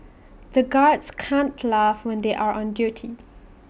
the guards can't laugh when they are on duty